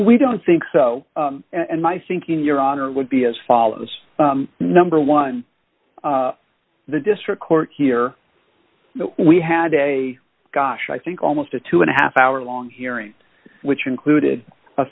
we don't think so and my thinking your honor would be as follows number one the district court here we had a gosh i think almost a two and a half hour long hearing which included a